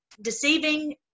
deceiving